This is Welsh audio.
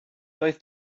doedd